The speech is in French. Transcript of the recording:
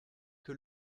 que